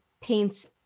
paints